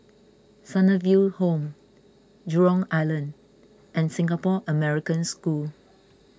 Sunnyville Home Jurong Island and Singapore American School